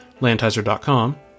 Lantizer.com